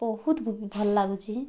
ବହୁତ ଭଲ ଲାଗୁଛି